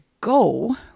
go